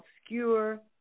obscure